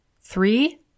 Three